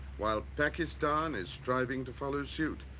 while pakistan is striving to follow suit.